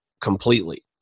completely